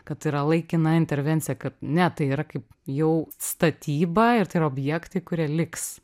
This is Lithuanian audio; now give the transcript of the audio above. kad tai yra laikina intervencija kad ne tai yra kaip jau statyba ir tai yra objektai kurie liks